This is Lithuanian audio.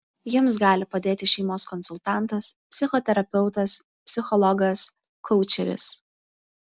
jums gali padėti šeimos konsultantas psichoterapeutas psichologas koučeris